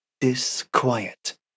disquiet